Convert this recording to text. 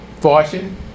fortune